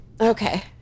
Okay